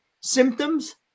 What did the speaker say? symptoms